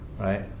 right